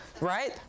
right